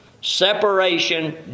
Separation